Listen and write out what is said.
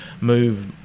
move